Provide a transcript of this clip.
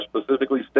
specifically